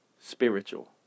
spiritual